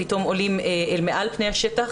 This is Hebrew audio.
פתאום עולים מעל פני השטח